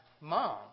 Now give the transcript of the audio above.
mom